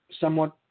somewhat